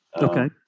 Okay